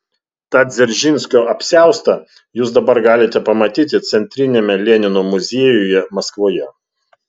tą dzeržinskio apsiaustą jūs dabar galite pamatyti centriniame lenino muziejuje maskvoje